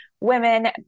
women